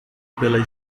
pela